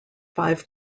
five